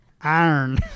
Iron